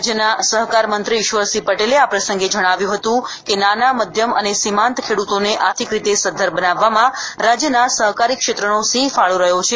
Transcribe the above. રાજ્યના સહકારમંત્રી ઇશ્વરસિંહ પટેલે આ પ્રસંગે જણાવ્યું હતું કે નાના મધ્યમ અને સીમાંત ખેડૂતોને આર્થિક રીતે સધ્ધર બનાવવામાં રાજ્યના સહકારી ક્ષેત્રનો સિંહ ફાળો રહ્યો છે